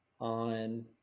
on